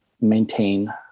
maintain